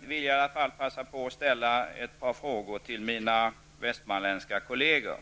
vill jag passa på att ställa ett par frågor till mina västmanländska kolleger.